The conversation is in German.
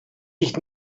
nicht